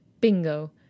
Bingo